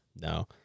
No